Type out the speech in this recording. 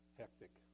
hectic